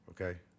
okay